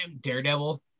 daredevil